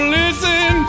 listen